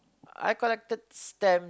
I collected stamps